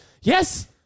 Yes